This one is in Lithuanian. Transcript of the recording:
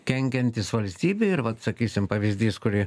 kenkiantis valstybei ir vat sakysim pavyzdys kurį